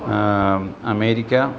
America